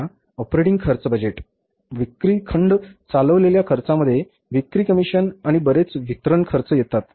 आता ऑपरेटिंग खर्च बजेट विक्री खंड चालवलेल्या खर्चामध्ये विक्री कमिशन आणि बरेच वितरण खर्च येतात